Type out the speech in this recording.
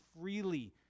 freely